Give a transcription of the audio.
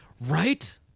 right